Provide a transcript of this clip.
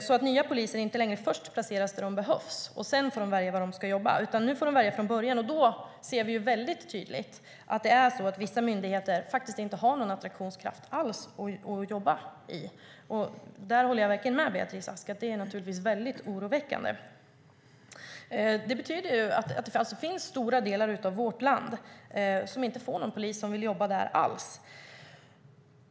så att nya poliser inte längre först placeras där de behövs och sedan får välja var de ska jobba. Nu får de välja från början, och då ser vi tydligt att vissa myndigheter inte har någon attraktionskraft alls. Jag håller verkligen med Beatrice Ask om att det är oroväckande. Det betyder att det finns stora delar av vårt land som inte får någon polis som vill jobba där alls.